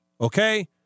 Okay